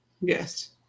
Yes